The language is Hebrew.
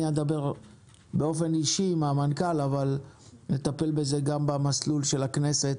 אני אדבר באופן אישי עם המנכ"ל אבל נטפל בזה גם במסלול של הכנסת.